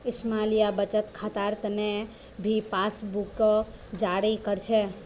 small या बचत खातार तने भी पासबुकक जारी कर छे